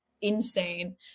insane